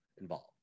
involved